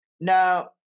now